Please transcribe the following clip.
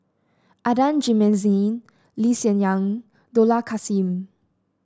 Adan Jimenez Lee Hsien Yang Dollah Kassim